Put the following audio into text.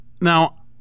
Now